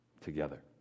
together